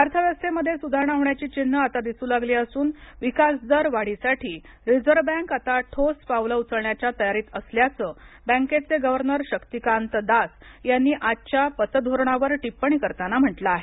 अर्थव्यवस्थेमध्ये सुधारणा होण्याची चिन्हं आता दिसू लागली असून विकासदर वाढीसाठी रिझर्व्ह बँक आता ठोस पावलं उचलण्याच्या तयारीत असल्याचं बँकेचे गव्हर्नर शक्तीकांत दास यांनी आजच्या पतधोरणावर टिप्पणी करताना म्हटलं आहे